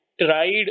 tried